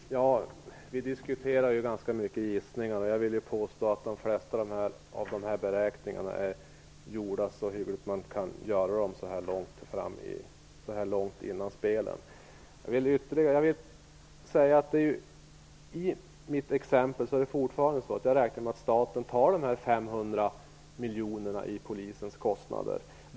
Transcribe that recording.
Herr talman! Vi diskuterar ganska många gissningar. Jag vill påstå att man har gjort de flesta av dessa beräkningar så hyggligt som man kan göra så här långt före spelen. I mitt exempel räknar jag fortfarande med att staten tar hand om dessa 500 miljoner för polisens kostnader.